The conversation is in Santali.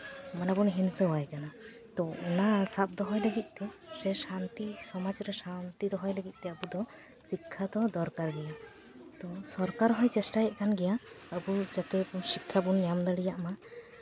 ᱢᱟᱱᱮ ᱵᱚᱱ ᱦᱤᱝᱥᱟᱹᱣᱟᱭ ᱠᱟᱱᱟ ᱛᱳ ᱚᱱᱟ ᱥᱟᱵ ᱫᱚᱦᱚᱭ ᱞᱟᱹᱜᱤᱫ ᱛᱮ ᱥᱮ ᱥᱟᱱᱛᱤ ᱥᱚᱢᱟᱡᱽ ᱨᱮ ᱥᱟᱱᱛᱤ ᱫᱚᱦᱚᱭ ᱞᱟᱹᱜᱤᱫ ᱛᱮ ᱟᱵᱚ ᱫᱚ ᱥᱤᱠᱠᱷᱟ ᱫᱚ ᱫᱚᱨᱠᱟᱨ ᱜᱮ ᱛᱳ ᱥᱚᱨᱠᱟᱨ ᱦᱚᱸᱭ ᱪᱮᱥᱴᱟᱭᱮᱫ ᱠᱟᱱ ᱜᱮᱭᱟ ᱟᱵᱚ ᱡᱟᱛᱮ ᱥᱤᱠᱠᱷᱟ ᱵᱚᱱ ᱧᱟᱢ ᱫᱟᱲᱮᱭᱟᱜ ᱢᱟ